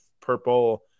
Purple